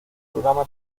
programa